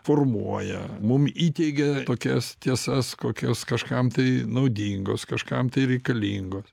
formuoja mum įteigia tokias tiesas kokios kažkam tai naudingos kažkam tai reikalingos